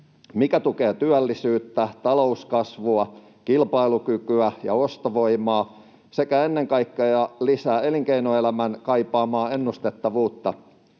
mikä tukee työllisyyttä, talouskasvua, kilpailukykyä ja ostovoimaa sekä ennen kaikkea lisää elinkeinoelämän kaipaamaa ennustettavuutta.